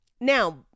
Now